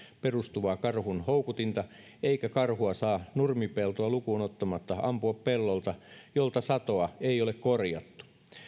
perustuvaa karhun houkutinta eikä karhua saa nurmipeltoa lukuun ottamatta ampua pellolta jolta satoa ei ole korjattu